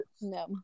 No